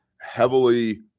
heavily